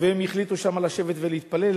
והם החליטו לשבת ולהתפלל שם.